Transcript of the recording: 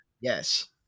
Yes